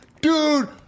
Dude